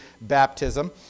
baptism